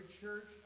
church